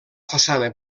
façana